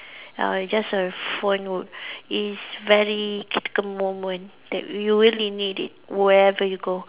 uh it's just a phone would it is very typical moment that you will need it wherever you go